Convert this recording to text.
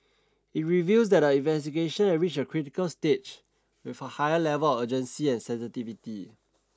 It reveals that the investigation have reached a critical stage with a higher level urgency and sensitivity